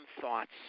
thoughts